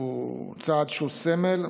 זה צעד שהוא סמל.